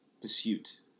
pursuit